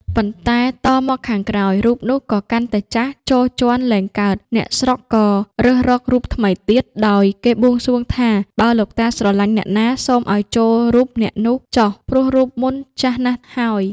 ប៉ុន្តែតមកខាងក្រោយ រូបនោះក៏កាន់តែចាស់ ចូលជាន់លែងកើត អ្នកស្រុកក៏រើសរករូបថ្មីទៀត ដោយគេបួងសួងថា "បើលោកតាស្រឡាញ់អ្នកណា សូមឲ្យចូលរូបអ្នកនោះ ចុះ ព្រោះរូបមុនចាស់ណាស់ហើយ ។